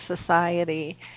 society